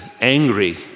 angry